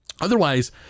Otherwise